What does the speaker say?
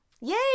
yay